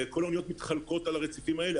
וכל האוניות מתחלקות על הרציפים האלה.